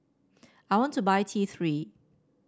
I want to buy T Three